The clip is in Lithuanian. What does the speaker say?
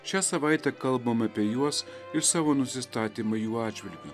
šią savaitę kalbam apie juos ir savo nusistatymą jų atžvilgiu